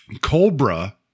Cobra